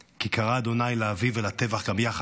--- כי קרא ה' לאביב ולטבח גם יחד: